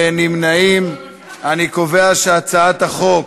להעביר את הצעת חוק